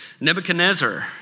Nebuchadnezzar